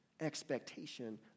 expectation